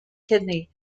kidney